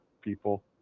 people